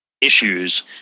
issues